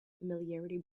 familiarity